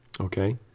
okay